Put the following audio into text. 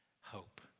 hope